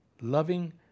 loving